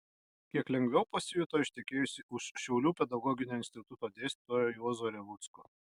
kiek lengviau pasijuto ištekėjusi už šiaulių pedagoginio instituto dėstytojo juozo revucko